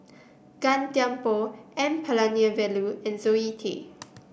Gan Thiam Poh N Palanivelu and Zoe Tay